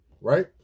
right